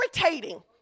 irritating